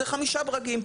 זה חמישה ברגים.